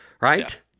Right